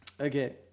Okay